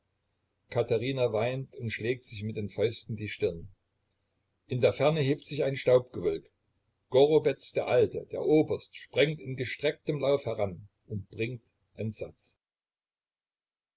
katherina weint und schlägt sich mit den fäusten die stirn in der ferne hebt sich ein staubgewölk gorobetz der alte der oberst sprengt in gestrecktem lauf heran und bringt entsatz